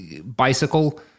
bicycle